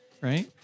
right